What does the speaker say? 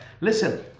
Listen